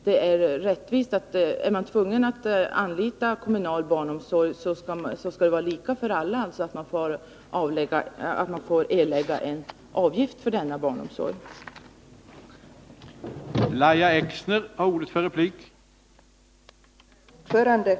Men är man tvungen att anlita kommunal barnomsorg, är det enligt min mening rättvist att alla får erlägga en avgift för denna barnomsorg — det skall vara lika för alla.